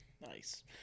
Nice